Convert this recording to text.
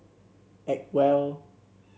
Acwell